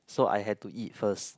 so I had to eat first